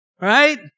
right